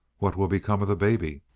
what will become of the baby?